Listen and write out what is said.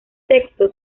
texto